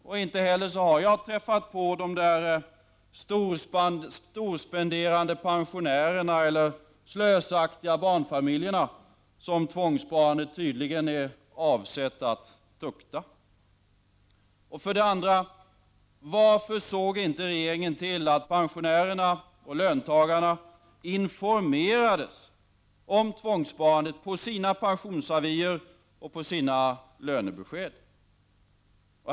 Jag har inte heller träffat på de där storspenderande pensionärerna eller de slösaktiga barnfamiljerna som tvångssparandet tydligen är avsett att tukta. För det andra: Varför såg inte regeringen till att pensionärerna och löntagarna informerades om tvångssparandet på sina pensionsavier och på sina lönebesked?